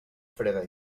freda